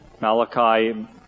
Malachi